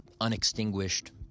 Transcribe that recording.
unextinguished